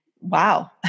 wow